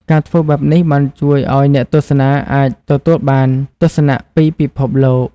ការធ្វើបែបនេះបានជួយឱ្យអ្នកទស្សនាអាចទទួលបានទស្សនៈពីពិភពលោក។